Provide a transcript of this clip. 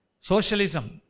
socialism